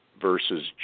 versus